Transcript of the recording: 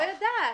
לא יודעת.